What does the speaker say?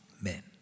men